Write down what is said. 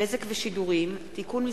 (בזק ושידורים) (תיקון מס'